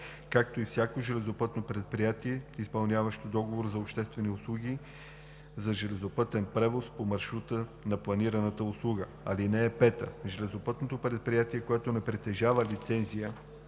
както и всяко железопътно предприятие, изпълняващо договор за обществени услуги за железопътен превоз по маршрута на планираната услуга. (5) Железопътно предприятие, което не притежава лицензия